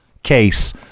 case